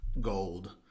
gold